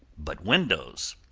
but windows.